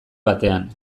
batean